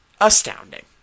astounding